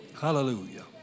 Hallelujah